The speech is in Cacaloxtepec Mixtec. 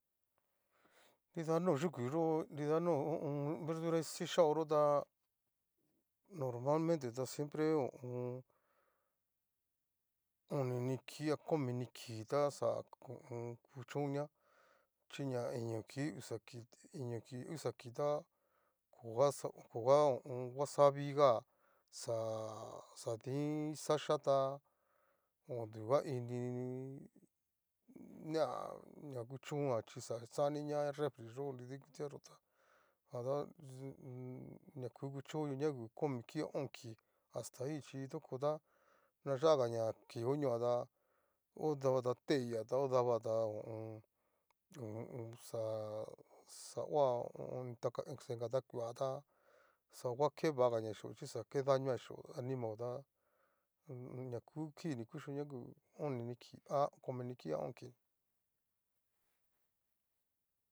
Nrida no yuku yo'o nrida no ho o on. verdura kixao yo'o ta normamente ta siempre ho o on. oni ni kii a komi ni kii tá, taxa ho o on. kuchó chi ña iño kii uxa kii, ta kogaxa vaxaviga xaaa xadin xaxhíata ta aduga ini. nea na kuchónga chí xa xaniña refriyó, nridaikutia yo'o tá dada na ku kuchónioña u oni kii a o'on kii asta hi chí toko tá na yagaña kii oñoa tá odaba ta teilla ta odaba ta ho o on. ho o on. xa xaoha ho o on. xani takueta xangua kevagaña xio chí xa ke dañoa xhio animao tá ña ku kii ni kuxhioña ngu oni ni kii a komi ni kii a o'on kii